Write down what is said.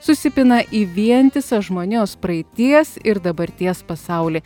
susipina į vientisą žmonijos praeities ir dabarties pasaulį